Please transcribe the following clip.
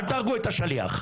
אל תהרגו את השליח.